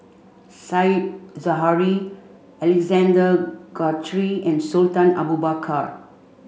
Said Zahari Alexander Guthrie and Sultan Abu Bakar